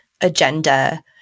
agenda